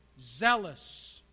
zealous